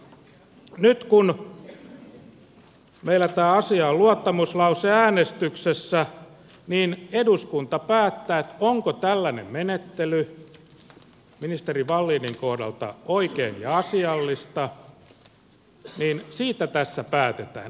nyt kun meillä tämä asia on luottamuslauseäänestyksessä niin eduskunta päättää onko tällainen menettely ministeri wallinin kohdalta oikein ja asiallista siitä tässä päätetään